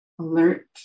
alert